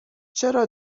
چرا